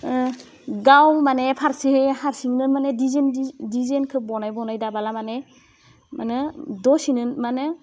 गाव माने फारसेहै हारसिंनो माने डिजेन डि डिजेनखौ बनाय बनाय दाबाला माने मानो दसेनो माने